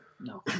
no